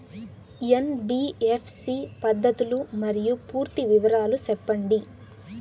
NBFC పద్ధతులు మరియు పూర్తి వివరాలు సెప్పండి?